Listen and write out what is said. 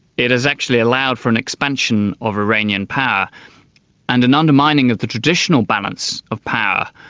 it has actually allowed for an expansion of iranian power and an undermining of the traditional balance of power.